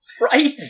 Right